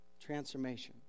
transformation